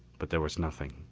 but there was nothing.